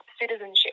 citizenship